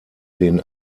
den